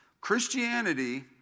Christianity